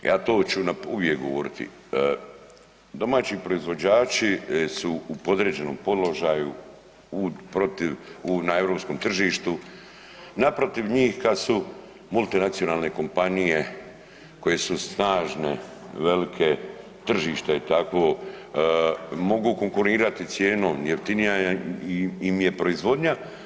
Ja to ću uvijek govoriti, domaći proizvođači su u podređenom položaju u protiv, na europskom tržištu naprotiv njih kad su multinacionalne kompanije koje su snažne, velike, tržište je takvo, mogu konkurirati cijenom, jeftinija im je proizvodnja.